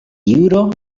juro